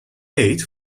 eight